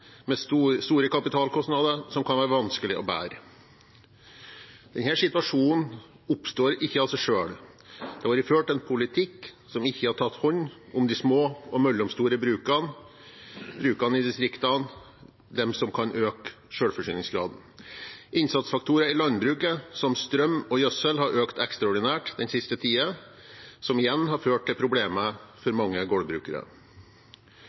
store kapitalkostnader, som kan være vanskelig å bære. Denne situasjonen oppstår ikke av seg selv. Det har vært ført en politikk som ikke har tatt hånd om de små og mellomstore brukene – brukene i distriktene, de som kan øke selvforsyningsgraden. Prisen på innsatsfaktorer i landbruket som strøm og gjødsel har økt ekstraordinært den siste tiden, som igjen har ført til problemer for mange gårdbrukere.